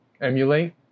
Emulate